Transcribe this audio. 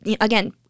again